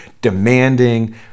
demanding